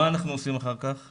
מה אנחנו עושים אחר כך?